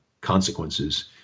consequences